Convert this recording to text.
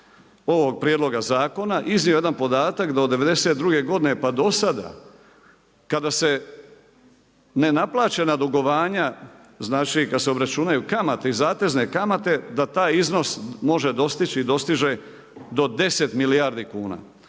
ovog prijedloga zakona iznio jedan podatak da od '92. godine pa do sada kada se nenaplaćena dugovanja, znači kad se obračunaju kamate i zatezne kamate da taj iznos može dostići i dostiže do 10 milijardi kuna.